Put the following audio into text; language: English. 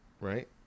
right